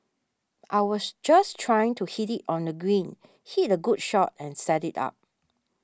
I was just trying to hit it on the green hit a good shot and set it up